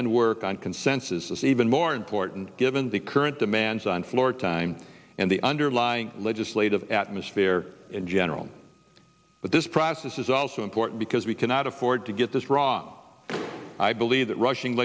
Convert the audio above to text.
and work on consensus is even more important given the current demands on floor time and the underlying legislative atmosphere in general but this process is also important because we cannot afford to get this raw i believe that rushing